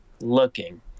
looking